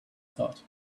thought